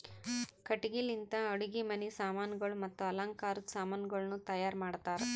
ಕಟ್ಟಿಗಿ ಲಿಂತ್ ಅಡುಗಿ ಮನಿ ಸಾಮಾನಗೊಳ್ ಮತ್ತ ಅಲಂಕಾರದ್ ಸಾಮಾನಗೊಳನು ತೈಯಾರ್ ಮಾಡ್ತಾರ್